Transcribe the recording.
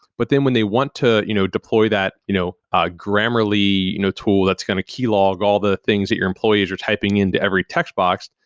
but then when they want to you know deploy that you know ah grammarly you know tool that's going to key log all the things that your employees are typing into every text box,